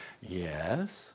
Yes